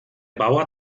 bauer